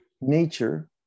Nature